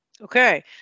Okay